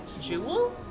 Jewel